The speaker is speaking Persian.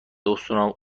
استخونامو